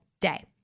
day